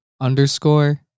underscore